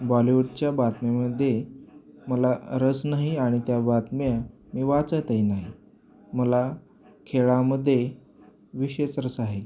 बॉलिवूडच्या बातम्यामध्ये मला रस नाही आणि त्या बातम्या मी वाचतही नाही मला खेळामध्ये विशेष रस आहे